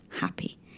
happy